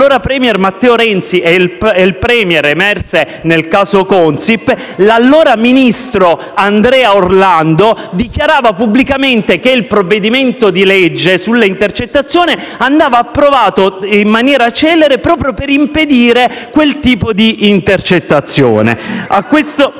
l'allora *premier* Matteo Renzi e il padre emerse nel caso Consip, l'allora ministro Andrea Orlando dichiarava pubblicamente che il provvedimento sulle intercettazioni andava approvato in maniera celere, proprio per impedire quel tipo di intercettazioni.